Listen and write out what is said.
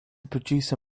producer